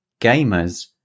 gamers